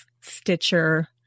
Stitcher